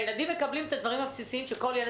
הילדים מקבלים את הדברים הבסיסיים שכל ילד